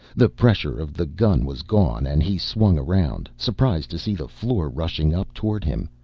the pressure of the gun was gone and he swung around, surprised to see the floor rushing up towards him,